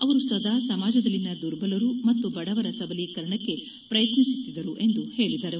ಅವರು ಸದಾ ಸಮಾಜದಲ್ಲಿನ ದುರ್ಬಲರು ಮತ್ತು ಬಡವರ ಸಬಲೀಕರಣಕ್ಕೆ ಪ್ರಯತ್ನಿಸುತ್ತಿದ್ದರು ಎಂದು ಹೇಳಿದ್ದಾರೆ